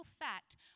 fact